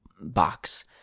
box